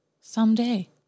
someday